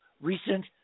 recent